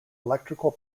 electrical